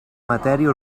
matèria